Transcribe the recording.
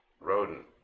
rodent